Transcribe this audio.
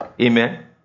Amen